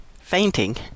fainting